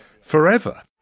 forever